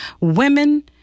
women